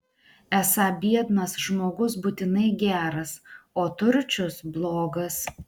esą biednas žmogus būtinai geras o turčius blogas